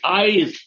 eyes